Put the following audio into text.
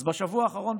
אז בשבוע האחרון,